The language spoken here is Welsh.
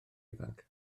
ifanc